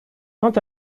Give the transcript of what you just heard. quant